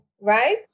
Right